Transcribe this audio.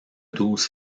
douze